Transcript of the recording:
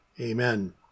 Amen